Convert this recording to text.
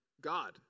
God